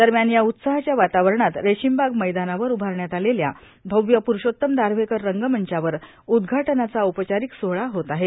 दरम्यान या उत्साहाच्या वातावरणात रेशिमबाग मैदानावर उभारण्यात आलेल्या भव्य प्रुषोत्तम दारव्हेकर रंगमंचावर उद्घाटनाचा औपचारिक सोहळा होत आहे